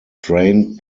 drained